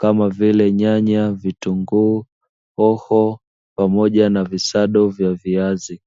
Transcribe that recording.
kama vile; nyanya, vitunguu, hoho pamoja na visado vya viazi.